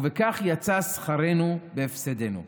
ובכך יצא שכרנו בהפסדנו.